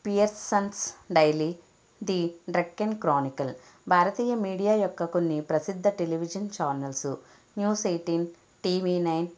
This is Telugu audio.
pear Sons daily the Deccan Chronicle భారతీయ మీడియా యొక్క కొన్ని ప్రసిద్ధ television channels news eighteen TV nine